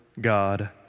God